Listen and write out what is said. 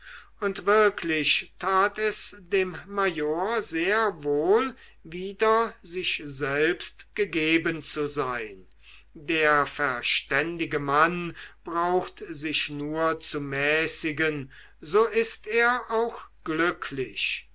und wirklich tat es dem major sehr wohl wieder sich selbst gegeben zu sein der verständige mann braucht sich nur zu mäßigen so ist er auch glücklich